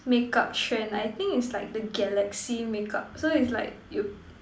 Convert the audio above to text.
makeup trend I think is like the Galaxy makeup so is like you